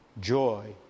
joy